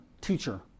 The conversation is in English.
teacher